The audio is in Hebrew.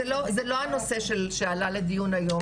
זה לא הנושא שעלה לדיון היום.